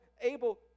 able